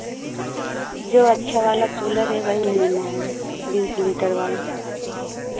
जो अच्छा वाला कूलर है वही लेना है बीस लीटर वाला